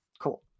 Cool